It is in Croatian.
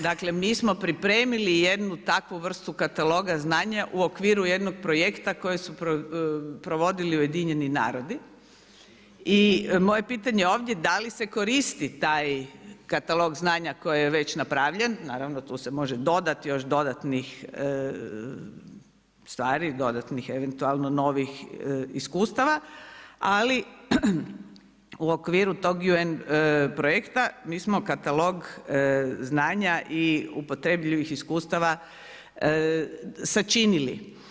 Dakle, mi smo pripremili jednu takvu vrstu kataloga znanja u okviru jednog projekta koji su provodili UN i moje pitanje ovdje da li se koristi taj katalog znanja koji je već napravljen, naravno tu se može dodati još dodatnih stvari, dodatnih eventualno novih iskustava, ali u okviru tog UN projekta, mi smo katalog znanja i upotrebljivih iskustava sačinili.